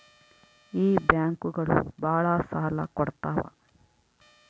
ಈ ಬ್ಯಾಂಕುಗಳು ಭಾಳ ಸಾಲ ಕೊಡ್ತಾವ